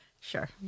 sure